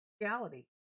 reality